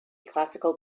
classical